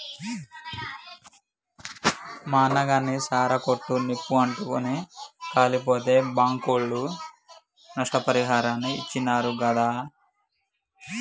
మా అన్నగాని సారా కొట్టు నిప్పు అంటుకుని కాలిపోతే బాంకోళ్లు నష్టపరిహారాన్ని ఇచ్చినారు గాదా